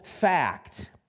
fact